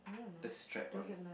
the strap on